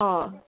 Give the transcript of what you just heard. অঁ